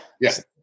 yes